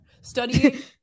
study